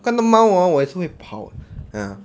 我看到猫我也是会跑 ah